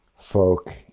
folk